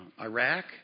Iraq